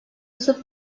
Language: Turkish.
sırp